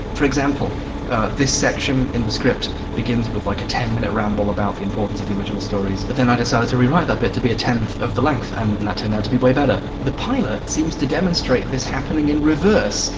for example this section in the script begins with like a ten minute ramble about the importance of the original stories but then i decided to rewrite that bit to be a tenth of the length and that turned out to be way better. the pilot seems to demonstrate this happening in reverse.